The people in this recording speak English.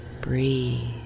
Breathe